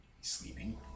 sleeping